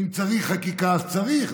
ואם צריך חקיקה, אז צריך.